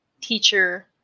Teacher